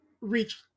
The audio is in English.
reach